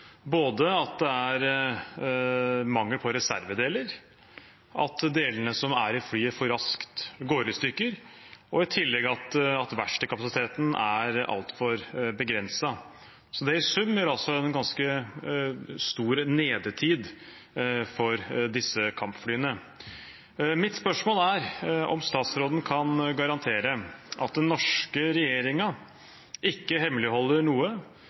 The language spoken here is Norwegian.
både at det er mangel på reservedeler, at delene som er i flyet, for raskt går i stykker, og i tillegg at verkstedkapasiteten er altfor begrenset. Det i sum gir altså en ganske stor nedetid for disse kampflyene. Mitt spørsmål er om statsråden kan garantere at den norske regjeringen ikke hemmeligholder noe